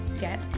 get